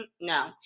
no